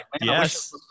Yes